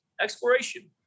exploration